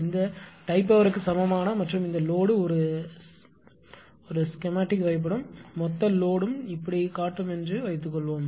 இந்த டை பவர்க்கு சமமான மற்றும் இந்த லோடு ஒரு ஸ்செமாட்டிக் வரைபடம் மொத்த லோடு இப்படி காட்டும் என்று வைத்துக்கொள்வோம்